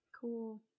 Cool